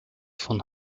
von